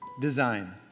design